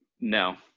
No